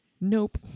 Nope